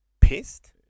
pissed